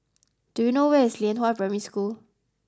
do you know where is Lianhua Primary School